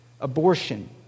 abortion